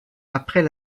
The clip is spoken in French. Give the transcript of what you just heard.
après